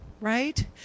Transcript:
right